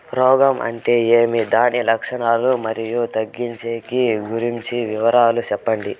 రోగం అంటే ఏమి దాని లక్షణాలు, మరియు తగ్గించేకి గురించి వివరాలు సెప్పండి?